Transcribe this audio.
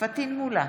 פטין מולא,